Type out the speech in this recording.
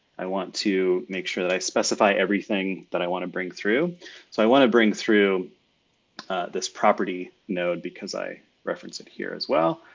i want to make sure that i specify everything that i want to bring through. so i wanna bring through this property node because i referenced it here as well.